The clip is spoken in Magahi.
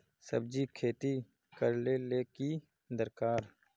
सब्जी खेती करले ले की दरकार?